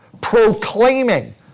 proclaiming